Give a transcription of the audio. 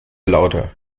lauter